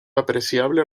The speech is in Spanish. apreciable